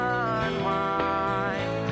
unwind